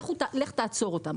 לך תעצור אותם".